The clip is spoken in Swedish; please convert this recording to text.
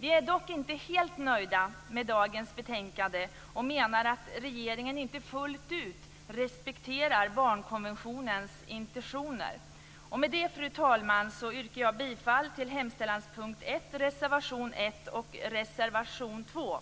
Vi är dock inte helt nöjda med dagens betänkande och menar att regeringen inte fullt ut respekterar barnkonventionens intentioner. Och med det, fru talman, yrkar jag bifall till reservation 1 och reservation 2.